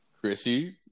chrissy